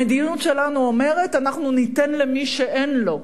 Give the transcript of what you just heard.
המדיניות שלנו אומרת: אנחנו ניתן למי שאין לו,